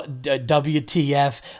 WTF